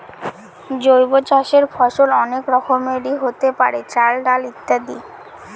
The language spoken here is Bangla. জৈব চাষের ফসল অনেক রকমেরই হতে পারে, চাল, ডাল ইত্যাদি